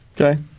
Okay